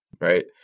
right